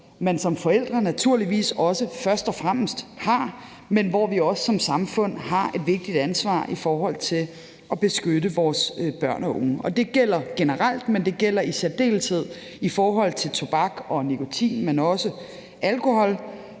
man som forældre naturligvis også først og fremmest har, men hvor vi også som samfund har et vigtigt ansvar i forhold til at beskytte vores børn og unge. Og det gælder generelt, men det gælder i særdeleshed i forhold til tobak og nikotin, men også alkohol.